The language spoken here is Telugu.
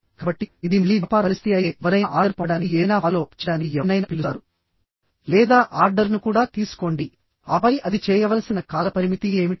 కాబట్టి ఇది మళ్లీ వ్యాపార పరిస్థితి అయితే ఎవరైనా ఆర్డర్ పంపడానికి ఏదైనా ఫాలో అప్ చేయడానికి ఎవరినైనా పిలుస్తారు లేదా ఆర్డర్ను కూడా తీసుకోండిఆపై అది చేయవలసిన కాలపరిమితి ఏమిటి